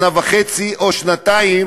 שנה וחצי או שנתיים